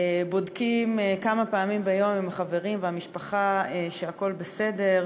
בודקים כמה פעמים ביום עם חברים והמשפחה שהכול בסדר,